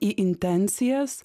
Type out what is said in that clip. į intencijas